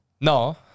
No